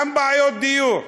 גם בעיות דיור,